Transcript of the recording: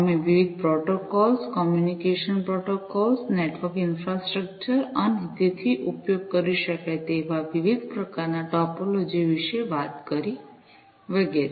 અમે વિવિધ protocols communication protocols network infrastructure અને તેથી ઉપયોગ કરી શકાય તેવા વિવિધ પ્રકારના ટોપોલોજી વિશે વાત કરી વગેરે